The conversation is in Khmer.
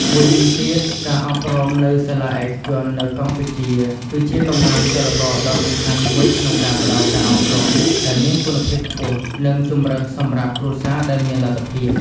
មួយវិញទៀត ការអប់រំនៅសាលាឯកជននៅកម្ពុជាគឺជាកម្លាំងចលករដ៏សំខាន់មួយក្នុងការផ្តល់ការអប់រំដែលមានគុណភាពខ្ពស់ និងជម្រើសសម្រាប់គ្រួសារដែលមានលទ្ធភាព។